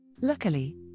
luckily